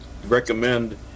recommend